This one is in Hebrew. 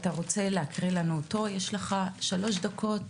ואתה רוצה להקריא לנו אותו, יש לך שלוש דקות